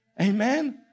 amen